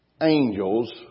angels